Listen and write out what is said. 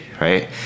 right